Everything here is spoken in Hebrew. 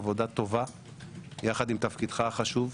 עבודה טובה יחד עם תפקידך החשוב.